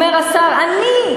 אומר השר: אני,